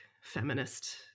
feminist